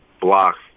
blocks